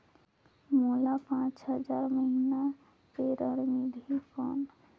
मोला पांच हजार महीना पे ऋण मिलही कौन?